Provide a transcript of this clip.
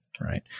right